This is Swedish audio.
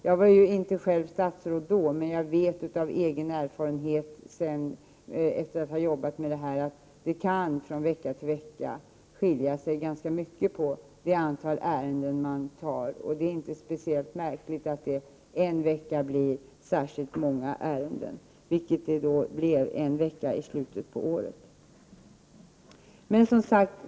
Jag var själv inte statsråd vid det aktuella tillfället, men jag vet av egen erfarenhet att det kan från vecka till vecka skilja ganska mycket på hur många ärenden man hinner fatta beslut i. Det är inte speciellt märkligt att det en vecka blir extra många ärenden, vilket var fallet under en viss vecka i slutet på året.